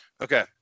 Okay